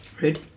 Rude